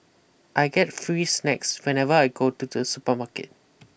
I get free snacks whenever I go to the supermarket